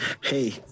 hey